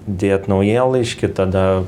dėt naujienlaiškį tada